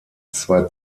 zwei